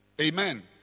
Amen